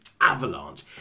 avalanche